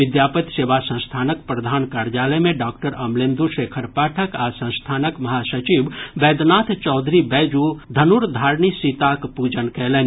विद्यापति सेवा संस्थानक प्रधान कार्यालय मे डॉक्टर अमलेन्दु शेखर पाठक आ संस्थानक महासचिव बैद्यनाथ चौधरी बैजू धनुर्धारिणी सीताक पूजन कयलनि